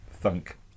thunk